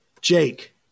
Jake